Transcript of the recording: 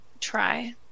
try